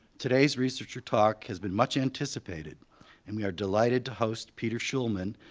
today's researcher talk has been much anticipated and we are delighted to host peter shulman,